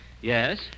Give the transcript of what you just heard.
Yes